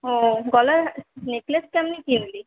ও গলার নেকলেস কেমন কিনলি